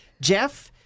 Jeff